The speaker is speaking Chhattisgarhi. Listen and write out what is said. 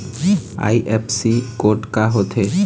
आई.एफ.एस.सी कोड का होथे?